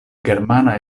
germana